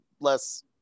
less